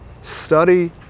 study